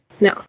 No